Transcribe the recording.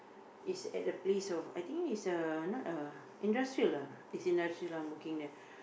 it's at a place of I think it's a it's not a industrial it's industrial I'm working there